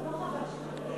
דודו לא חבר שלך,